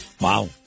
Wow